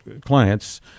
clients